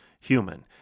human